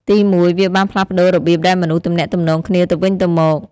ទីមួយ វាបានផ្លាស់ប្តូររបៀបដែលមនុស្សទំនាក់ទំនងគ្នាទៅវិញទៅមក។